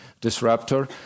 disruptor